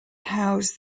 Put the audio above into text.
house